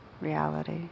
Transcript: reality